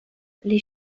les